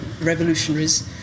revolutionaries